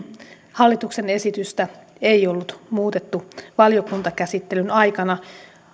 hallituksen esitystä ei ollut muutettu valiokuntakäsittelyn aikana